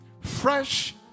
fresh